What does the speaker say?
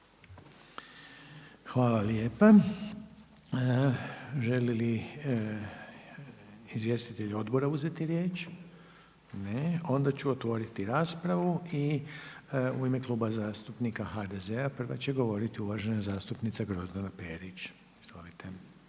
Hvala lijepa. Žele li izvjestitelji odbora uzeti riječ? Ne. Onda ću otvoriti raspravu. I u ime Kluba zastupnika HDZ-a prva će govoriti uvažena zastupnica Grozdana Perić. Izvolite.